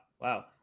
Wow